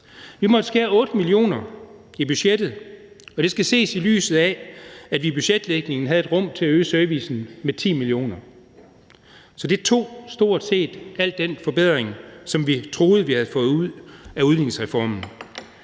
Vi måtte skære 8 mio. kr. i budgettet, og det skal ses i lyset af, at vi i budgetlægningen havde et rum til at øge servicen med 10 mio. kr., så det tog stort set al den forbedring, som vi troede vi havde fået ud af udligningsreformen.